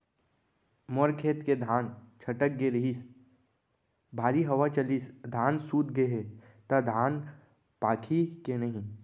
मोर खेत के धान छटक गे रहीस, भारी हवा चलिस, धान सूत गे हे, त धान पाकही के नहीं?